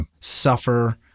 Suffer